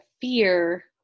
fear